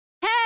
Hey